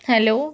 hello